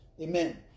Amen